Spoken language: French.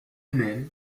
même